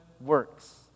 works